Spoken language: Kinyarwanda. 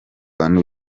bantu